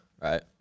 right